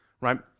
right